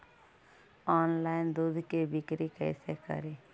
Online दुध के बिक्री कैसे करि?